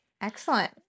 Excellent